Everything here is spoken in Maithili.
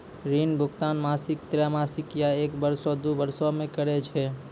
ऋण भुगतान मासिक, त्रैमासिक, या एक बरसो, दु बरसो मे करै छै